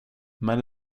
med